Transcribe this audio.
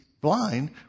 blind